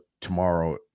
tomorrow